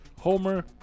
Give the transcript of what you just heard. Homer